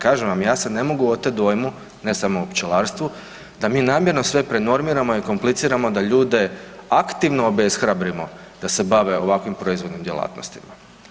Kažem vam, ja se ne mogu otet dojmu, ne samo o pčelarstvu, da mi namjerno sve prenormiramo i kompliciramo da ljude aktivno obeshrabrimo da se bave ovakvim proizvodnim djelatnostima.